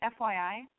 FYI